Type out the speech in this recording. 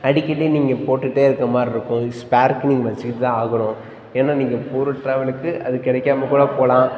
அடிக்கடி நீங்கள் போட்டுட்டே இருக்கற மாதிரி இருக்கும் ஸ்பேருக்கு நீங்கள் வெச்சிக்கிட்டு தான் ஆகணும் ஏன்னா நீங்கள் போகிற டிராவலுக்கு அது கிடைக்காம கூட போகலாம்